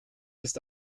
ist